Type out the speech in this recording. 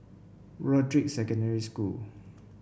Broadrick Secondary School